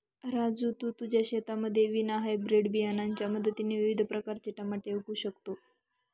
राजू तू तुझ्या शेतामध्ये विना हायब्रीड बियाणांच्या मदतीने विविध प्रकारचे टमाटे उगवू शकतो